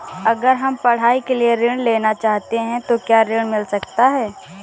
अगर हम पढ़ाई के लिए ऋण लेना चाहते हैं तो क्या ऋण मिल सकता है?